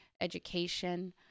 education